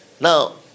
Now